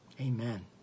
Amen